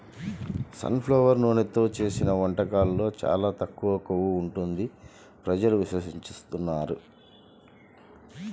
sun flower నూనెతో చేసిన వంటకాల్లో చాలా తక్కువ కొవ్వు ఉంటుంది ప్రజలు విశ్వసిస్తున్నారు